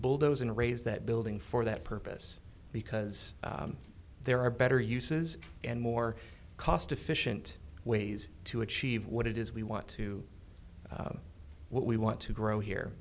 bulldoze and raise that building for that purpose because there are better uses and more cost efficient ways to achieve what it is we want to what we want to grow here